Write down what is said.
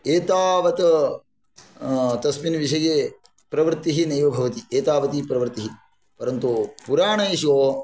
एतावत् तस्मिन् विषये प्रवृत्तिः नैव भवति एतावती प्रवृत्तिः परन्तु पुराणेषु